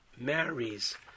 marries